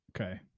Okay